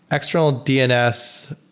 external dns,